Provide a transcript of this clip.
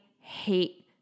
hate